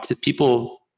people